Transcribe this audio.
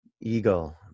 Eagle